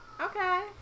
Okay